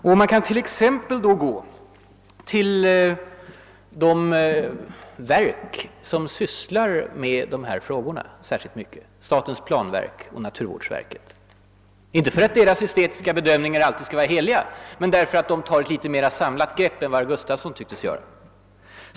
Vi kan t.ex. gå till de verk som sysslar med dessa frågor alldeles speciellt, statens planverk och naturvårdsverket. Inte för att deras estetiska bedömningar bör betraktas som heliga utan därför att man där tar ett mera samlat grepp på naturfrågorna än vad herr Gustafsson i Uddevalla ville göra.